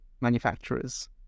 manufacturers